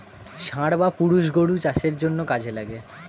ষাঁড় বা পুরুষ গরু চাষের জন্যে কাজে লাগে